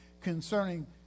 Concerning